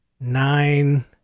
nine